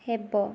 ହେବ